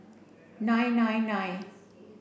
nine nine nine